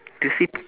to